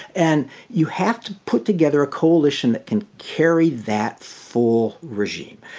and you have to put together a coalition that can carry that full regime.